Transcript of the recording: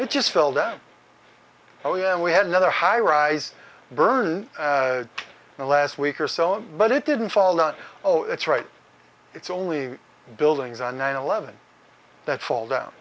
it just fell down oh yeah and we had another high rise burn last week or so but it didn't fall out oh it's right it's only buildings on nine eleven that fall down